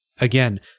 again